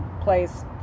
place